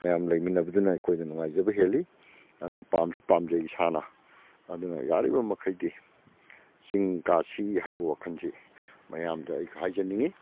ꯃꯌꯥꯝ ꯂꯩꯃꯤꯟꯅꯕꯗꯨꯅ ꯑꯩꯈꯣꯏꯗ ꯅꯨꯡꯉꯥꯏꯖꯕ ꯍꯦꯜꯂꯤ ꯑꯗꯨꯅ ꯄꯥꯝꯁꯨ ꯄꯥꯝꯖꯩ ꯏꯁꯥꯅ ꯑꯗꯨꯅ ꯌꯥꯔꯤꯕ ꯃꯈꯩꯗꯤ ꯆꯤꯡ ꯀꯥꯁꯤ ꯍꯥꯏꯕ ꯋꯥꯈꯟꯁꯤ ꯃꯌꯥꯝꯗ ꯍꯥꯏꯖꯅꯤꯡꯏ